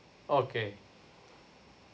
okay